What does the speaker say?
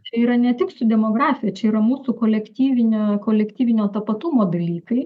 čia yra ne tik su demografija čia yra mūsų kolektyvinio kolektyvinio tapatumo dalykai